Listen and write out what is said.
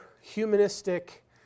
humanistic